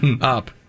up